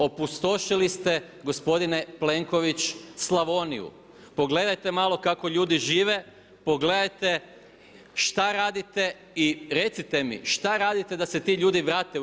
Opustošili ste gospodin e Plenković Slavoniju, pogledajte malo kako ljudi žive, pogledajte šta radite i recite mi šta radite da se ti ljudi vrate u RH.